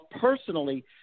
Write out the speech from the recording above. personally